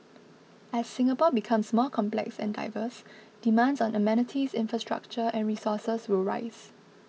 as Singapore becomes more complex and diverse demands on amenities infrastructure and resources will rise